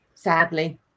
Sadly